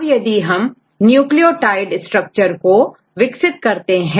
अब यदि हम न्यूक्लियोटाइड स्ट्रक्चर को विकसित करते हैं